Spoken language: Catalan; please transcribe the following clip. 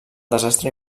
desastre